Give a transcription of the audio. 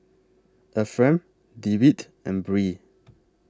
Efrem Dewitt and Brea